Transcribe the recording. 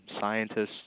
scientists